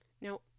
Now